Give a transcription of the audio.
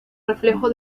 reflejo